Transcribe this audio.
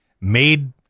Made